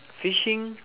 fishing